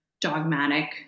dogmatic